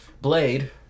Blade